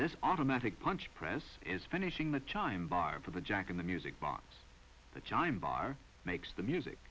this automatic punch press is finishing the chime bar for the jack in the music box the chime bar makes the music